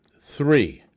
three